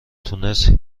تونست